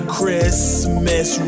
Christmas